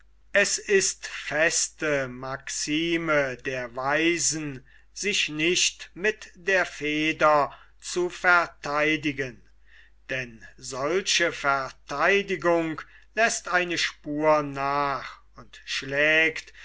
es ist feste maxime der weisen sich nicht mit der feder zu vertheidigen denn solche verteidigung läßt eine spur nach und schlägt